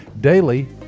Daily